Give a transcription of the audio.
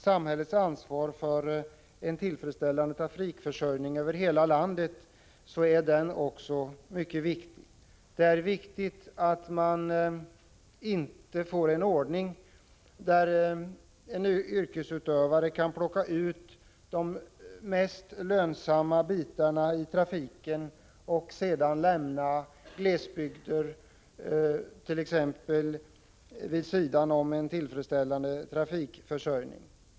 Samhällets ansvar för en tillfredsställande trafikförsörjning över hela landet är också mycket viktigt. Det är viktigt att man inte får en ordning där yrkesutövare kan plocka ut de mest lönsamma avsnitten av trafiken och lämna t.ex. glesbygderna vid sidan om en tillfredsställande trafikförsörjning.